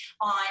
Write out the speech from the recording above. on